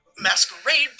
Masquerade